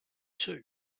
too